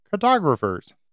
cartographers